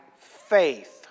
faith